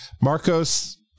Marcos